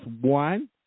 one